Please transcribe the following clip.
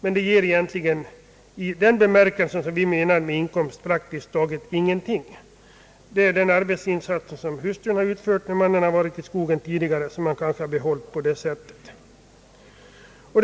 Men i den bemärkelsen som vi lägger i inkomst har de praktiskt taget ingenting. Det är kanske den arbetsinsats som hustrun utfört medan mannen tidigare varit i skogen som man på detta sätt behållit.